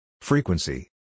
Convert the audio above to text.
Frequency